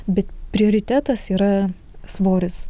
bet prioritetas yra svoris